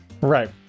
Right